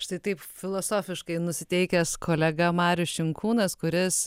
štai taip filosofiškai nusiteikęs kolega marius šinkūnas kuris